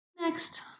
next